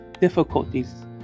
difficulties